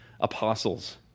apostles